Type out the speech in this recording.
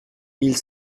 mille